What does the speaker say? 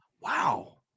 Wow